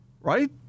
Right